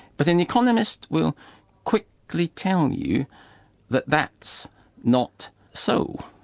but an economist will quickly like tell and you that that's not so.